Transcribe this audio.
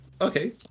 okay